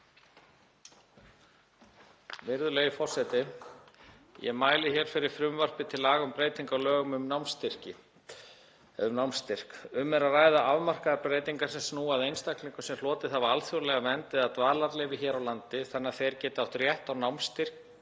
Virðulegi forseti. Ég mæli hér fyrir frumvarpi til laga um breytingu á lögum um námsstyrki. Um er að ræða afmarkaðar breytingar sem snúa að einstaklingum sem hlotið hafa alþjóðlega vernd eða dvalarleyfi hér á landi þannig að þeir geti átt rétt á námsstyrk